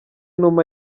numa